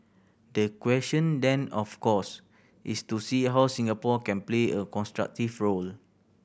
the question then of course is to see how Singapore can play a constructive role